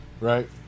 Right